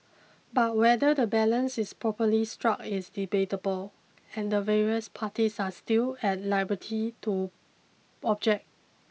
but whether the balance is properly struck is debatable and the various parties are still at liberty to object